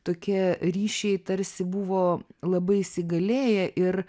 tokie ryšiai tarsi buvo labai įsigalėję ir